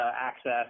access